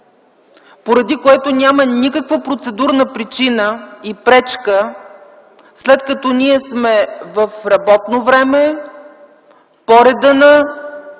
поради което няма никаква процедурна причина и пречка, след като ние сме в работно време по реда на